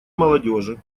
молодежи